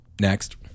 Next